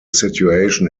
situation